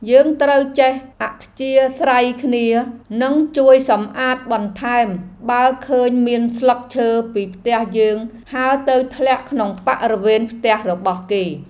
យើងត្រូវចេះអធ្យាស្រ័យនិងជួយសម្អាតបន្ថែមបើឃើញមានស្លឹកឈើពីផ្ទះយើងហើរទៅធ្លាក់ក្នុងបរិវេណផ្ទះរបស់គេ។